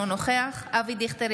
אינו נוכח אבי דיכטר,